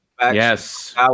Yes